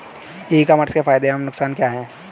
ई commerce के फायदे एवं नुकसान क्या हैं?